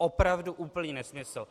Opravdu úplný nesmysl!